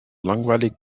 langweilig